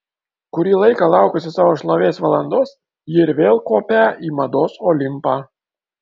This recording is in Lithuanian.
kurį laiką laukusi savo šlovės valandos ji ir vėl kopią į mados olimpą